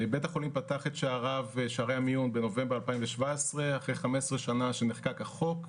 בית החולים פתח את שערי המיון בנובמבר 2017 אחרי 15 שנה שנחקק החוק,